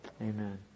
Amen